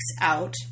out